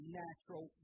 natural